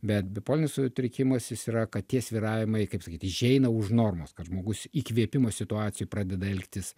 bet bipolinis sutrikimas jis yra kad tie svyravimai kaip sakyt išeina už normos kad žmogus įkvėpimo situacijoj pradeda elgtis